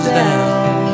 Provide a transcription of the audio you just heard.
down